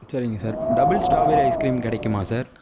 சரிங்க sir double strawberry ice cream கிடைக்குமா sir